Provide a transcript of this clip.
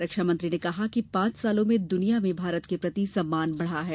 रक्षामंत्री ने कहा कि पांच सालों में दुनिया में भारत के प्रति सम्मान बढ़ा है